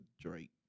Drake